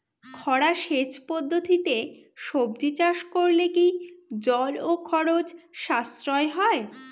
খরা সেচ পদ্ধতিতে সবজি চাষ করলে কি জল ও খরচ সাশ্রয় হয়?